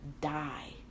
die